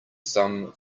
some